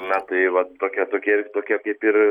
na tai vat tokia tokia tokia kaip ir